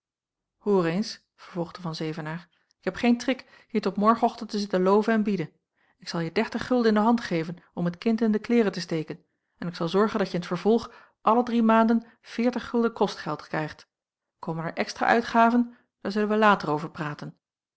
hoor eens vervolgde van zevenaer ik heb geen trek hier tot morgen ochtend te zitten loven en bieden ik zal je dertig gulden in de hand geven om het kind in de kleêren te steken en ik zal zorgen dat je in t vervolg alle drie maanden veertig gulden kostgeld krijgt komen er extra uitgaven daar zullen wij later over praten